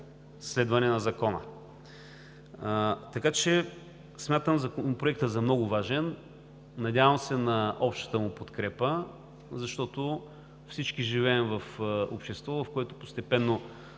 следване на закона. Смятам Законопроекта за много важен. Надявам се на общата му подкрепа, защото всички живеем в общество, в което постепенно